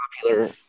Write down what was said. popular